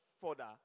further